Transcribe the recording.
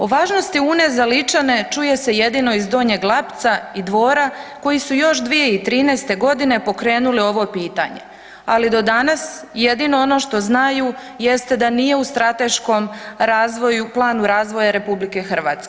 O važnosti Une za Ličane, čuje se jedino iz Donjeg Lapca i Dvora koji su još 2013. g. pokrenuli ovo pitanje, ali do danas, jedino ono što znaju jeste da nije u strateškom razvoju, planu razvoja RH.